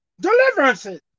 deliverances